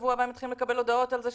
משבוע הבא הם מתחילים לקבל הודעות על כך